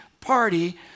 party